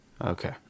Okay